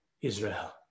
Israel